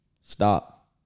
stop